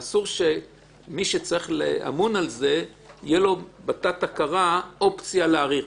אסור שמי שאמון על זה יהיה לו בתת-הכרה אופציה להאריך.